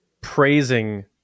praising